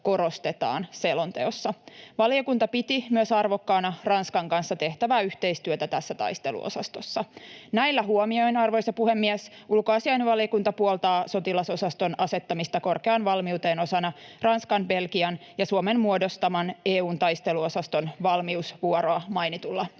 korostetaan selonteossa. Valiokunta piti myös arvokkaana Ranskan kanssa tehtävää yhteistyötä tässä taisteluosastossa. Näillä huomioin, arvoisa puhemies, ulkoasiainvaliokunta puoltaa sotilasosaston asettamista korkeaan valmiuteen osana Ranskan, Belgian ja Suomen muodostaman EU:n taisteluosaston valmiusvuoroa mainitulla